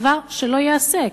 דבר שלא ייעשה.